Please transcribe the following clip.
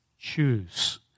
choose